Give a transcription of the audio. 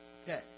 Okay